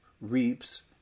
reaps